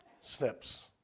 snips